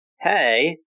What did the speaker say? Hey